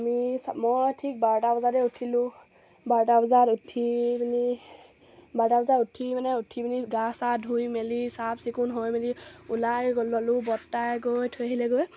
আমি মই ঠিক বাৰটা বজাতে উঠিলোঁ বাৰটা বজাত উঠি পিনি বাৰটা বজাত উঠি মানে উঠি পিনি গা চা ধুই মেলি চাফ চিকুণ হৈ মেলি ওলাই গ ল'লোঁ বৰদেউতাই গৈ থৈ আহিলে গৈ